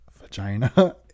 vagina